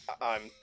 I'm-